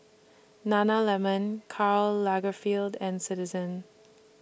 Nana Lemon Karl Lagerfeld and Citizen